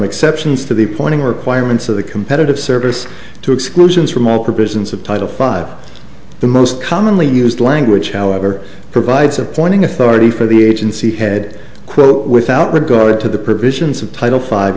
exceptions to the pointing requirements of the competitive service two exclusions from all provisions of title five the most commonly used language however provides appointing authority for the agency head quote without regard to the provisions of title five